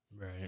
Right